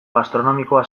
gastronomikoa